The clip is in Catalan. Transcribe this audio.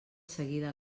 seguida